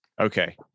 Okay